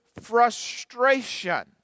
frustration